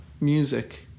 music